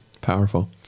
Powerful